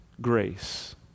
grace